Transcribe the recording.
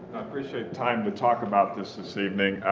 appreciate time to talk about this this evening.